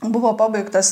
buvo pabaigtas